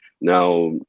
Now